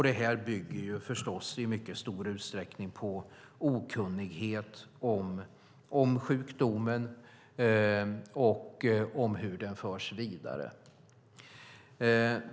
Det här bygger förstås i mycket stor utsträckning på okunnighet om sjukdomen och om hur den förs vidare.